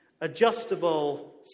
adjustable